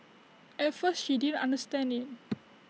at first she didn't understand IT